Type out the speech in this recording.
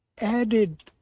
added